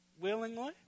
willingly